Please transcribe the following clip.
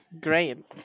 Great